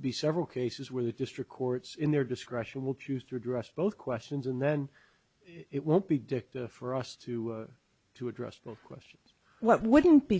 be several cases where the district courts in their discretion will choose to address both questions and then it won't be dicked for us to to address the questions what wouldn't be